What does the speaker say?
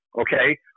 Okay